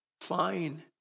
Fine